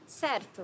Certo